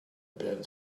been